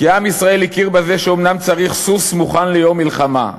"כי עם ישראל הכיר בזה שאומנם צריך סוס מוכן ליום מלחמה,